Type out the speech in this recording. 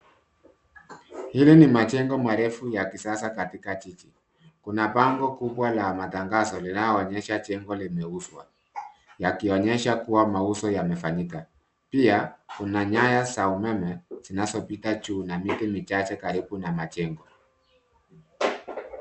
Haya ni majengo marefu ya kisasa katikati kuna bango kubwa la matangazo linaloonyesha chengo limeuswa yakionyesha kuwa mauzo yamefanyika pia Kuna nyaya za umeme zinazopita juu na miti michache juu na majengo